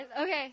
Okay